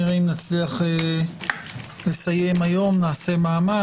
נראה אם נצליח לסיים היום ונעשה מאמץ.